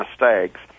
mistakes